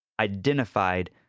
identified